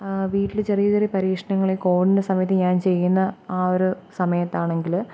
വീട്ടിൽ ചെറിയ ചെറിയ പരീക്ഷണങ്ങൾ കോവിഡിൻ്റെ സമയത്തു ഞാൻ ചെയ്യുന്ന ആ ഒരു സമയത്താണെങ്കിൽ